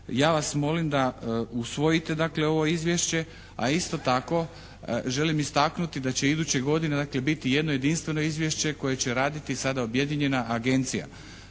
ja vas molim da usvojite dakle ovo izvješće, a isto tako želim istaknuti da će iduće godine biti jedno jedinstveno izvješće koje će raditi sada objedinjena agencija.